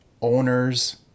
owners